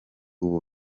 ubu